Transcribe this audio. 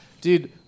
Dude